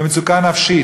ומצוקה נפשית.